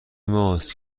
ماست